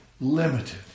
limited